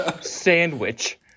sandwich